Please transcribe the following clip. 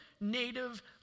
native